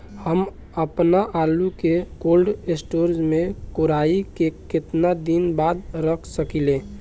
हम आपनआलू के कोल्ड स्टोरेज में कोराई के केतना दिन बाद रख साकिले?